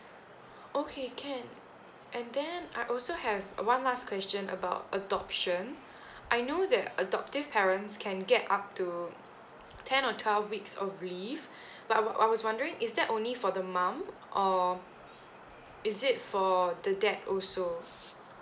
okay can and then I also have uh one last question about adoption I know that adoptive parents can get up to ten or twelve weeks of leave but I wa~ I was wondering is that only for the mum or is it for the dad also